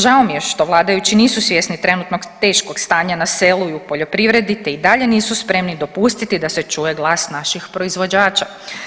Žao mi je što vladajući nisu svjesni trenutnog teškog stanja na selu i u poljoprivredi, te i dalje nisu spremni dopustiti da se čuje glas naših proizvođača.